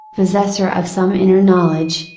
possessor of some inner knowledge,